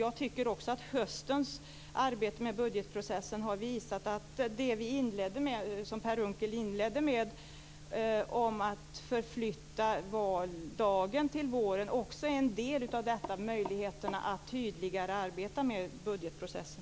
Jag tycker att höstens arbete med budgetprocessen har visat att det som Per Unckel inledde med att tala om, att förflytta valdagen till våren, också är en del av detta. Det handlar om möjligheterna att tydligare arbeta med budgetprocessen.